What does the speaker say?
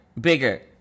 bigger